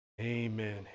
amen